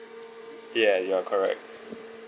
ya you are correct